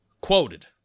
quoted